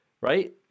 right